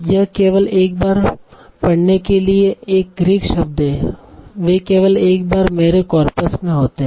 यह केवल एक बार पढ़ने के लिए एक ग्रीक शब्द है वे केवल एक बार मेरे कॉर्पस में होते हैं